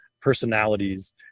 personalities